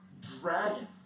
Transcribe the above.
dragon